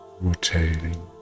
rotating